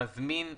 "מזמין אירוע"